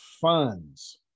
funds